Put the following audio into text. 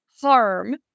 harm